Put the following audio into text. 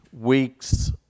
weeks